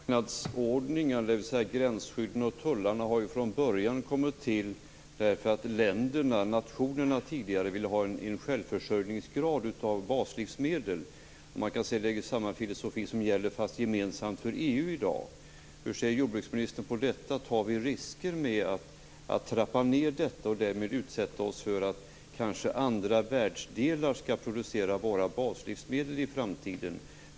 Fru talman! Marknadsordningar, dvs. gränsskydden och tullarna, har från början kommit till därför att nationerna tidigare ville ha en självförsörjningsgrad av baslivsmedel. Man kan säga att det är samma filosofi som gäller gemensamt för EU i dag. Hur ser jordbruksministern på detta? Tar vi risker genom att trappa ned detta och därmed utsätta oss för att andra världsdelar kanske skall producera våra baslivsmedel i framtiden?